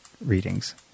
readings